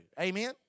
Amen